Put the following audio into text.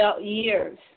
years